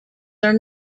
are